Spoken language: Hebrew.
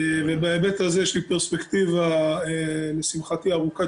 בהיבט הזה יש לי פרספקטיבה לשמחתי ארוכת